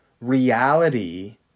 reality